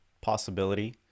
possibility